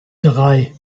drei